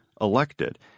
elected